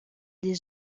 des